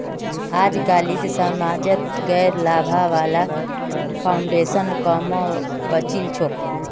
अजकालित समाजत गैर लाभा वाला फाउन्डेशन क म बचिल छोक